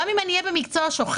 גם אם אני אהיה במקצוע שוחק,